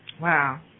Wow